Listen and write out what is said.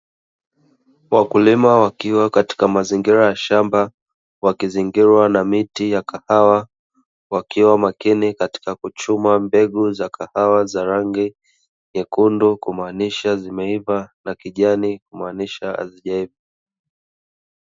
Wakulima wakiwa katika mazingira ya shamba, wakizingirwa na miti ya kahawa, wakiwa makini katika kuchuma mbegu za kahawa za rangi nyekundu kumaanisha zimeiva, na kijani kumaanisha hazijaiva.